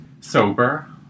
sober